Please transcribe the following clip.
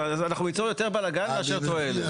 אנחנו ניצור יותר בלגן מאשר תועלת.